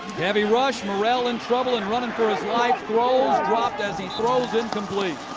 heavy rush. morrell in trouble and running for his life throws. dropped as he throws. incomplete.